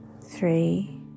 three